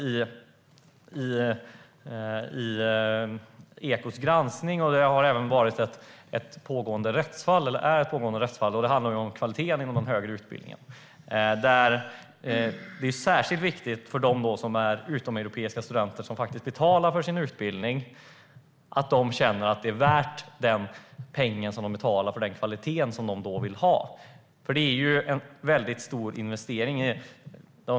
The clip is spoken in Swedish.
I sin granskning tog Ekot också upp ett pågående rättsfall om kvaliteten inom högre utbildning. Det är viktigt att de utomeuropeiska studenter som betalar för sin utbildning känner att de får kvalitet för pengarna. Det är en stor investering.